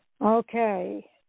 Okay